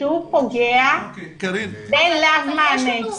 כשהוא פוגע זה לא מענה.